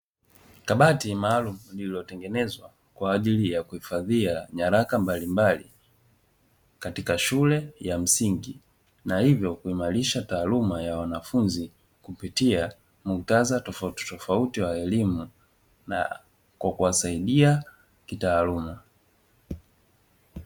Kabati maalumu lililotengenezwa kwa ajili ya kuhifadhia nyaraka mbalimbali katika shule ya msingi, na hivyo kuimarisha taaluma ya wanafunzi kupitia muktadha tofautitofauti wa elimu, na kwa kuwasaidia kitaaluma.